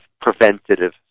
preventative